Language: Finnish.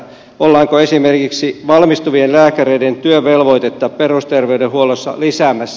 ollaanko esimerkiksi valmistuvien lääkäreiden työvelvoitetta perusterveydenhuollossa lisäämässä